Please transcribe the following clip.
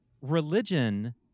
religion